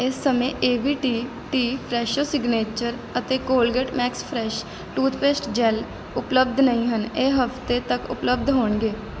ਇਸ ਸਮੇਂ A V T T Fresho signature ਅਤੇ Colgate Max Fresh toothpaste gel ਉਪਲਬਧ ਨਹੀਂ ਹਨ ਇਹ ਹਫ਼ਤੇ ਤੱਕ ਉਪਲਬਧ ਹੋਣਗੇ